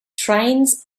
trains